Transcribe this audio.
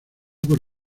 por